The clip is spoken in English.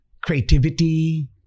Creativity